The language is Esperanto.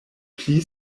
pli